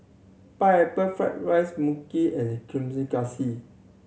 Pineapple Fried rice Mui Kee and Kuih Kaswi